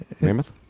Mammoth